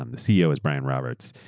um the ceo is brian roberts.